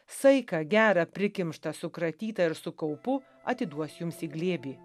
saiką gerą prikimštą sukratytą ir su kaupu atiduos jums į glėbį